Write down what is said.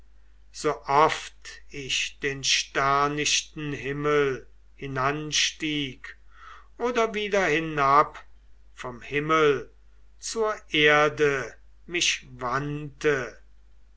tage sooft ich den sternichten himmel hinanstieg oder wieder hinab vom himmel zur erde mich wandte